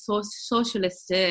socialist